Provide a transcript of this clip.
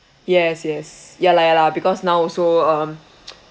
yes yes ya lah ya lah because now also um